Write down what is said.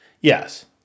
Yes